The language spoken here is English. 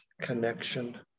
connection